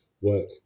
work